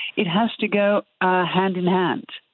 it has to go ah hand in hand.